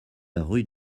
rue